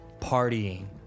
partying